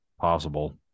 possible